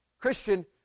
Christian